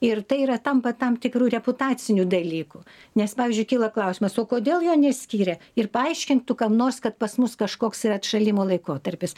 ir tai yra tampa tam tikru reputaciniu dalyku nes pavyzdžiui kyla klausimas o kodėl jo neskyrė ir paaiškink tu kam nors kad pas mus kažkoks yra atšalimo laikotarpis